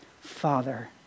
Father